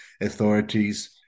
authorities